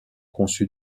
conçut